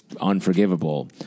unforgivable